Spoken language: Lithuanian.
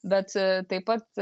bet taip pat